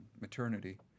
maternity